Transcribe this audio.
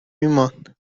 ایمان